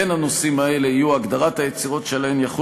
בין הנושאים האלה יהיו הגדרת היצירות שעליהן יחול